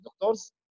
doctors